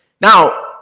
Now